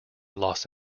los